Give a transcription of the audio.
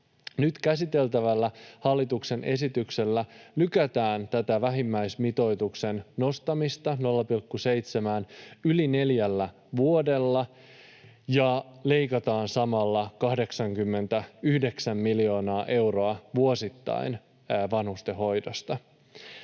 Nyt käsiteltävällä hallituksen esityksellä lykätään tätä vähimmäismitoituksen nostamista 0,7:ään yli neljällä vuodella ja leikataan samalla 89 miljoonaa euroa vuosittain vanhustenhoidosta.